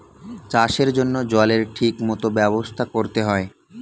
চাষের জন্য জলের ঠিক মত ব্যবস্থা করতে হয়